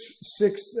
six